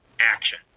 action